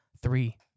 three